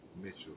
Mitchell